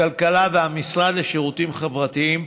הכלכלה והמשרד לשירותים חברתיים,